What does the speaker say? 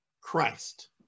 Christ